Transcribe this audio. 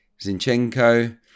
Zinchenko